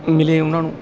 ਮਿਲੇ ਉਹਨਾਂ ਨੂੰ